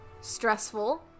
stressful